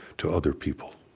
to other people.